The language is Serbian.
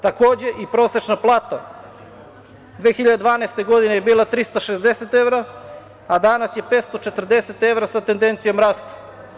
Takođe i prosečna plata 2012. godine je bila 360 evra, a danas je 540 evra sa tendencijom rasta.